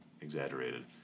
exaggerated